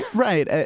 right?